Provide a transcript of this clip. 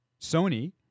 Sony